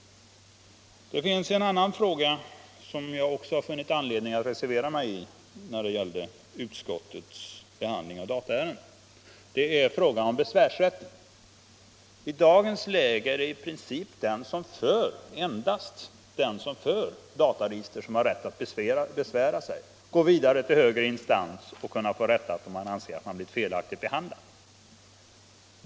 Det finns en annan fråga där 'ag också funnit anledning att reservera mig i samband med utskottets behandling av dataärenden. Det är frågan om besvärsrätten. I dagens läge är det i princip endast den som för dataregister som har rätt att besvära sig, gå vidare tll högre instans och få rättelse om han anser sig felaktigt behandlad.